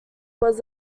was